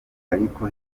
ariko